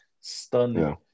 Stunning